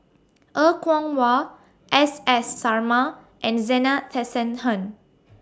Er Kwong Wah S S Sarma and Zena Tessensohn